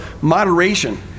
moderation